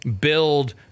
build